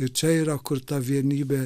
ir čia yra kur ta vienybė